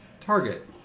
Target